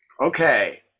okay